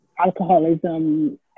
alcoholism